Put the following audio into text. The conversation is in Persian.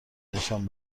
نشان